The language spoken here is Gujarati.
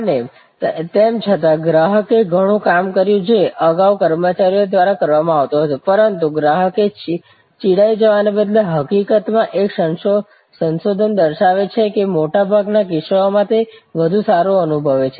અને તેમ છતાં ગ્રાહકે ઘણું કામ કર્યું જે અગાઉ કર્મચારીઓ દ્વારા કરવામાં આવતું હતું પરંતુ ગ્રાહકે ચીડાઈ જવાને બદલે હકીકતમાં એક સંશોધન દર્શાવે છે કે મોટાભાગના કિસ્સાઓમાં તે વધુ સારું અનુભવે છે